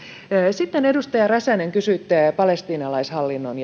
sitten edustaja räsänen kysyitte palestiinalaishallinnon